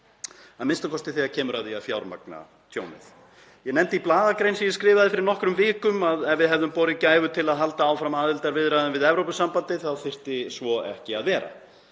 verkefni, a.m.k. þegar kemur að því að fjármagna tjónið. Ég nefndi í blaðagrein sem ég skrifaði fyrir nokkrum vikum að ef við hefðum borið gæfu til að halda áfram aðildarviðræðum við Evrópusambandið þá þyrfti svo ekki að vera.